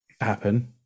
happen